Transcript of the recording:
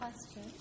question